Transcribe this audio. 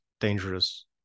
dangerous